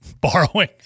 Borrowing